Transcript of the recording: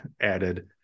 added